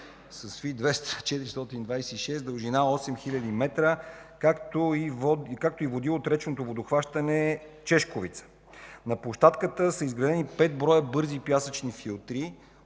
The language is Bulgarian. с Ф-200-426, с дължина 8000 м, както и води от речното водохващане от Чешковица. На площадката са изградени 5 броя бързи пясъчни филтри,